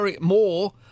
more